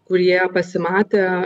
kurie pasimatė